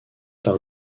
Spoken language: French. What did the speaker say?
par